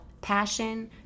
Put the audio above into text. passion